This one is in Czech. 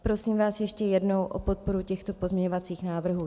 Prosím vás ještě jednou o podporu těchto pozměňovacích návrhů.